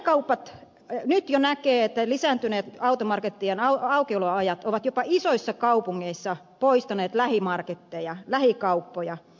nyt jo näkee että lisääntyneet automarkettien aukioloajat ovat jopa isoissa kaupungeissa poistaneet lähikauppoja